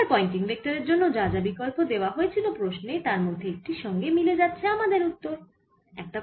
এবার পয়েন্টিং ভেক্টরের জন্য যা যা বিকল্প দেওয়া হয়েছিল প্রশ্নে তার মধ্যে একটির সঙ্গে মিলে যাচ্ছে আমাদের উত্তরের সাথে